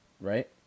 Right